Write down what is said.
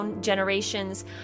generations